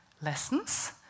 lessons